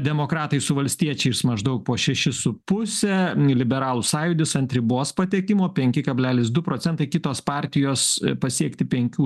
demokratai su valstiečiais maždaug po šešis su puse liberalų sąjūdis ant ribos patekimo penki kablelis du procentai kitos partijos pasiekti penkių